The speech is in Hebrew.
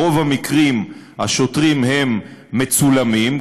ברוב המקרים השוטרים מצולמים.